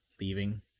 leaving